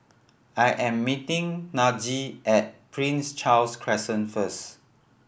I am meeting Najee at Prince Charles Crescent first